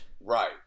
Right